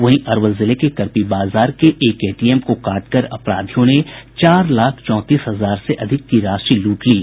वहीं अरवल जिले के करपी बाजार के एक एटीएम को काटकार अपराधियों ने चार लाख चौंतीस हजार रूपये से अधिक की राशि लूट ली